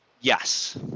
Yes